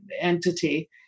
entity